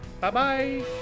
Bye-bye